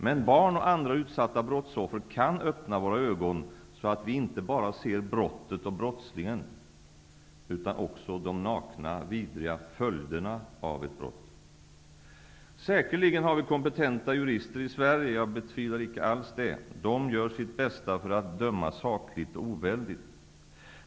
Men barn och andra utsatta brottsoffer kan öppna våra ögon så att vi ser inte bara brottet och brottslingen utan också de nakna, vidriga följderna av ett brott. Säkerligen har vi kompetenta jurister i Sverige. Jag betvivlar inte detta. De gör sitt bästa för att döma sakligt och oväldigt.